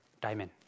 diamond